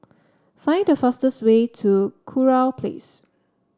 find the fastest way to Kurau Place